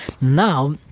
Now